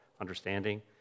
understanding